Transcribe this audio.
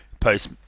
post